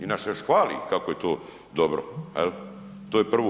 I naš još hvali kako je to dobro jel, to je prvo.